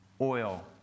oil